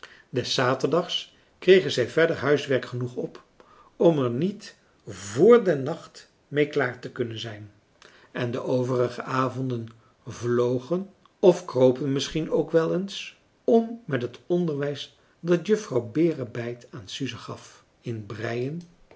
des zaterdags kregen zij verder huiswerk genoeg op om er niet vr den nacht mee klaar te kunnen zijn en de overige avonden vlogen of françois haverschmidt familie en kennissen kropen misschien ook wel eens om met het onderwijs dat juffrouw berebijt aan suze gaf in breien